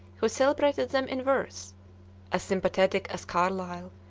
who celebrated them in verse as sympathetic as carlyle,